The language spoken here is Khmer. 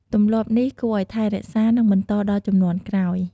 ទម្លាប់នេះគួរឱ្យថែរក្សា និងបន្តដល់ជំនាន់ក្រោយ។